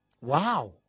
Wow